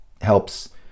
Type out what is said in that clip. helps